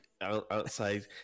outside